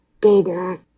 data